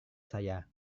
saya